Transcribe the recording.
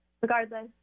regardless